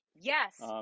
yes